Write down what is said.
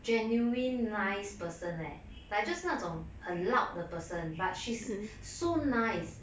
genuine nice person leh like just 那种很 loud 的 person but she's so nice